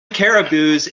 caribous